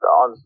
on